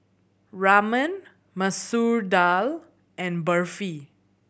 Ramen Masoor Dal and Barfi